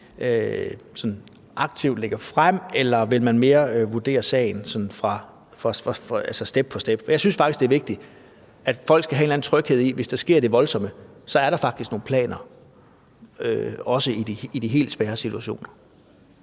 aktivt vil lægge frem, eller vil man mere vurdere sagen step by step? Jeg synes faktisk, det er vigtigt, at folk kan have en eller anden tryghed i, at hvis der sker det voldsomme, så er der faktisk nogle planer, også for de helt svære situationer.